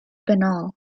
banal